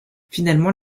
finalement